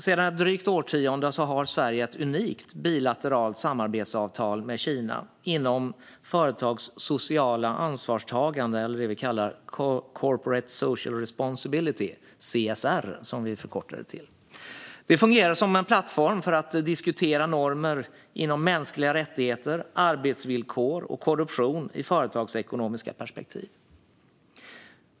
Sedan ett drygt årtionde har Sverige ett unikt bilateralt samarbetsavtal med Kina inom företags sociala ansvarstagande eller det som vi kallar Corporate Social Responsibility, förkortat CSR. Det fungerar som en plattform för att diskutera normer inom mänskliga rättigheter, arbetsvillkor och korruption i företagsekonomiska perspektiv.